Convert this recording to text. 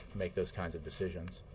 make those kinds of decisions.